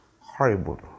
horrible